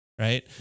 Right